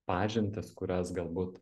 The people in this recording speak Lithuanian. pažintys kurias galbūt